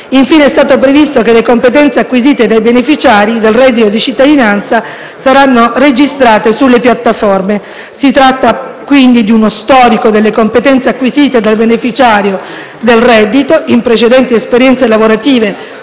Infine, è stato previsto che le competenze acquisite dai beneficiari del reddito di cittadinanza saranno registrate sulle piattaforme. Si tratta quindi di uno storico delle competenze acquisite dal beneficiario del reddito in precedenti esperienze lavorative